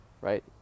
right